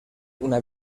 una